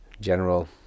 general